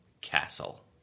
Castle